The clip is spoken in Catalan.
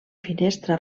finestra